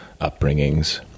upbringings